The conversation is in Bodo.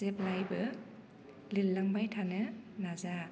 जेब्लायबो लिरलांबाय थानो नाजा